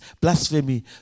blasphemy